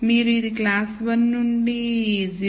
మీరు ఇది క్లాస్ 1 నుండి 0